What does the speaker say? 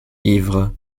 ivre